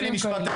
תן לי משפט אחד.